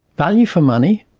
value for money,